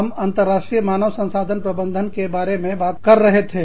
हम अंतर्राष्ट्रीय मानव संसाधन प्रबंधन के बारे में बात कर रहे थे